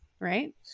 right